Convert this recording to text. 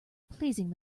pleasing